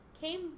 came